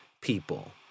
people